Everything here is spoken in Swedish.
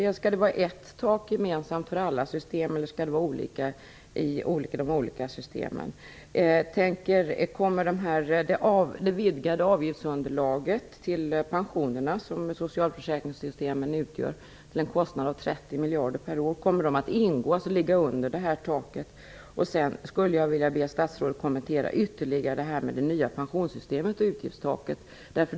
Skall det vara ett tak gemensamt för alla system, eller skall det vara olika i de olika systemen? Kommer det vidgade avgiftsunderlag till pensionerna som socialförsäkringssystemen utgör till en kostnad av 30 miljarder per år att ingå och ligga under det här taket? Sedan vill jag att statsrådet ytterligare kommenterar det nya pensionssystemet och utgiftstaket.